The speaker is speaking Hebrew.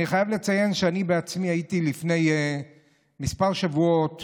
אני חייב לציין שאני בעצמי הייתי לפני כמה שבועות